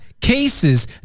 cases